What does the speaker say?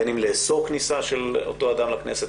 בין אם לאסור כניסה של אותו אדם לכנסת.